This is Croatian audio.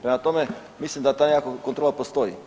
Prema tome, mislim da ta nekakva kontrola postoji.